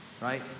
right